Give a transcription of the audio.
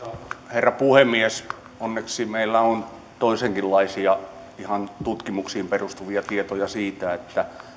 herra puhemies onneksi meillä on toisenkinlaisia ihan tutkimuksiin perustuvia tietoja siitä